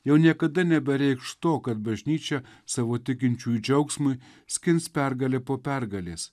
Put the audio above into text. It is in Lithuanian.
jau niekada nebereikš to kad bažnyčia savo tikinčiųjų džiaugsmui skins pergalę po pergalės